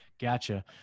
Gotcha